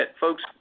folks